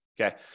Okay